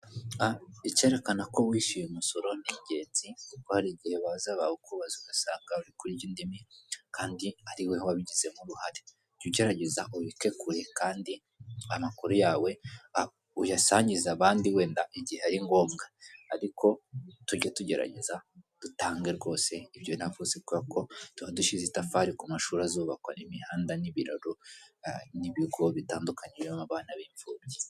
Icyerekana ko wishyuye umusoro ni ingenzi kuko hari igihe bazaba bawu kubaza ugasanga uri kurya indimi kandi ari wowe wabigizemo uruhare jya ugerageza ubike kure kandi amakuru yawe uyasangize abandi wenda igihe ari ngombwa ,ariko tujye tugerageza dutange rwose ibyo navuze ko tuba dushyize itafari ku mashuri azubakwa imihanda n'ibiraro n'ibigo bitandukanye birimo abana b'imfubyi.